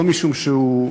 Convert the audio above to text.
לא משום שהוא,